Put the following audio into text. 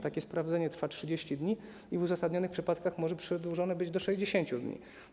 Takie sprawdzenie trwa 30 dni i w uzasadnionych przypadkach może być przedłużone do 60 dni.